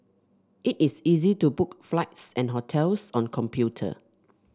it is easy to book flights and hotels on computer